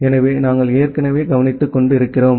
எனவே நாங்கள் ஏற்கனவே கவனித்திருக்கிறோம்